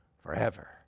forever